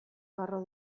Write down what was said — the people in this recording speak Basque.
garro